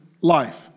life